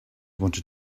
wanted